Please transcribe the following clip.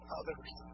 others